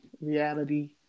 Reality